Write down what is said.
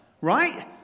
right